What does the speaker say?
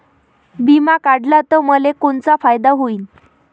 बिमा काढला त मले कोनचा फायदा होईन?